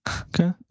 Okay